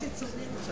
יש עיצומים עכשיו,